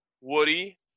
woody